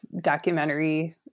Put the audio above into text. documentary